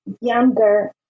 younger